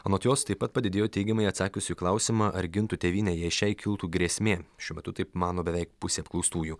anot jos taip pat padidėjo teigiamai atsakiusių į klausimą ar gintų tėvynę jei šiai kiltų grėsmė šiuo metu taip mano beveik pusė apklaustųjų